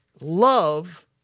love